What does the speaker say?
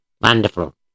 Wonderful